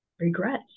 regrets